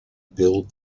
build